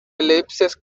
ellipses